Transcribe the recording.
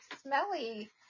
smelly